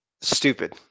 stupid